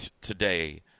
today